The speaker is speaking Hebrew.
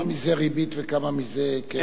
כמה מזה ריבית וכמה מזה קרן?